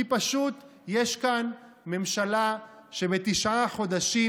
כי פשוט יש כאן ממשלה שבתשעה חודשים,